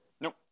nope